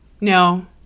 No